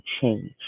change